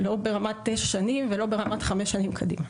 לא ברמת תשע שנים ולא ברמת חמש שנים קדימה.